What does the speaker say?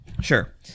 Sure